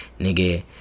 nigga